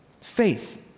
faith